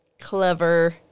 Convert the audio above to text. clever